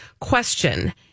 Question